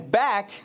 back